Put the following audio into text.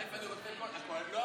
לא האופוזיציה,